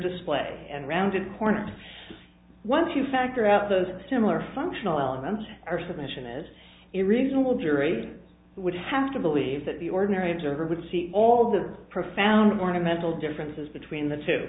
display and rounded corners once you factor out those similar functional elements our submission is a reasonable jury would have to believe that the ordinary observer would see all the profound warning mental differences between the two